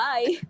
Bye